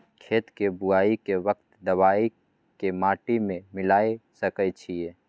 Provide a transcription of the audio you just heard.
खेत के बुआई के वक्त दबाय के माटी में मिलाय सके छिये?